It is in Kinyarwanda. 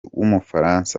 w’umufaransa